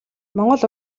монгол